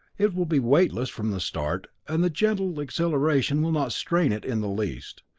it will be weightless from the start, and the gentle acceleration will not strain it in the least,